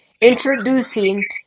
introducing